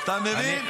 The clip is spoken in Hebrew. אתה מבין?